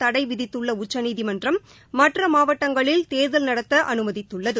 தடை விதித்துள்ளஉச்சநீதிமன்றம் மாவட்டங்களில் தேர்தல் நடத்த அனுமதித்துள்ளது